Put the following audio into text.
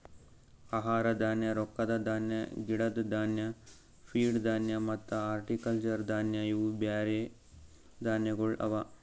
ಆಹಾರ ಧಾನ್ಯ, ರೊಕ್ಕದ ಧಾನ್ಯ, ಗಿಡದ್ ಧಾನ್ಯ, ಫೀಡ್ ಧಾನ್ಯ ಮತ್ತ ಹಾರ್ಟಿಕಲ್ಚರ್ ಧಾನ್ಯ ಇವು ಬ್ಯಾರೆ ಧಾನ್ಯಗೊಳ್ ಅವಾ